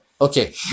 Okay